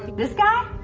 this guy,